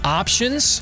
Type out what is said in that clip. options